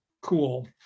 cool